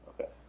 okay